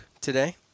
today